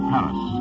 Paris